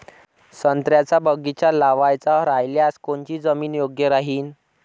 संत्र्याचा बगीचा लावायचा रायल्यास कोनची जमीन योग्य राहीन?